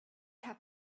have